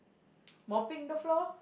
mopping the floor